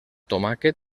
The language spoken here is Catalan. tomàquet